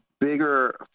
bigger